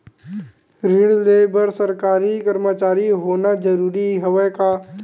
ऋण ले बर सरकारी कर्मचारी होना जरूरी हवय का?